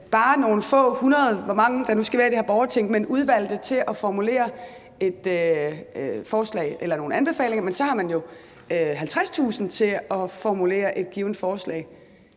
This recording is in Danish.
bare nogle få hundrede – hvor mange der nu skal være i det her borgerting – udvalgte til at formulere et forslag eller nogle anbefalinger, men så har man jo 50.000 til at formulere et givent forslag.